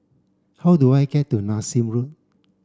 how do I get to Nassim Road